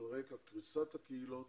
על רקע קריסת הקהילות